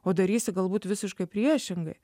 o darysi galbūt visiškai priešingai